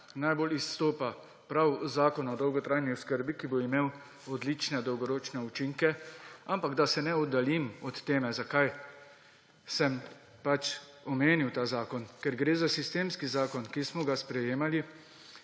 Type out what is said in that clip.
najbolj izstopa prav Zakon o dolgotrajni oskrbi, ki bo imel odlične dolgoročne učinke. Ampak da se ne oddaljim od teme. Zakaj sem omenil ta zakon? Ker gre za sistemski zakon, ki smo ga sprejemali